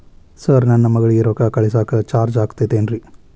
Sir ನನ್ನ ಮಗಳಗಿ ರೊಕ್ಕ ಕಳಿಸಾಕ್ ಚಾರ್ಜ್ ಆಗತೈತೇನ್ರಿ?